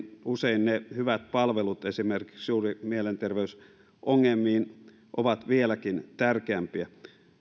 usein ne hyvät palvelut esimerkiksi juuri mielenterveysongelmiin liittyen ovat vieläkin tärkeämpiä